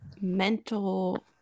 mental